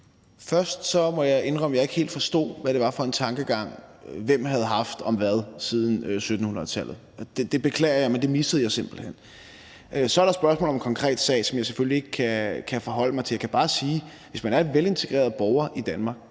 Først må jeg indrømme, at jeg ikke helt forstod, hvad det var for en tankegang, hvem havde haft om hvad siden 1700-tallet. Det beklager jeg, men det missede jeg simpelt hen. Så er der spørgsmålet om en konkret sag, som jeg selvfølgelig ikke kan forholde mig til. Jeg kan bare sige, at hvis man er en velintegreret borger i Danmark,